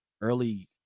early